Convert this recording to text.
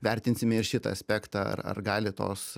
vertinsime ir šitą aspektą ar ar gali tos